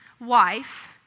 wife